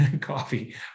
Coffee